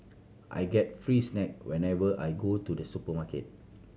I get free snack whenever I go to the supermarket